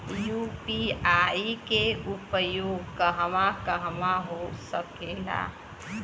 UPI के उपयोग कहवा कहवा हो सकेला?